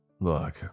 Look